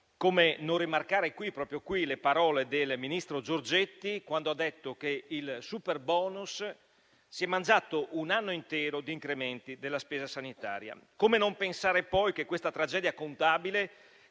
Come non rimarcare, proprio qui, le parole del ministro Giorgetti, quando ha detto che il superbonus si è mangiato un anno intero di incrementi della spesa sanitaria? Come non pensare poi che questa tragedia contabile